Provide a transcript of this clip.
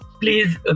please